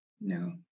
No